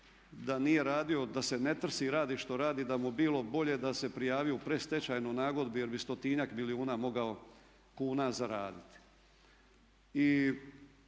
da nije radio, da se ne trsi radi što radi, da bi mu bilo bolje da se prijavio u predstečajnoj nagodbi jer bi stotinjak milijuna mogao kuna zaraditi. I